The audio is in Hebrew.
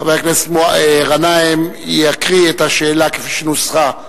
חבר הכנסת גנאים יקריא את השאלה כפי שנוסחה,